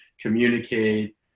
communicate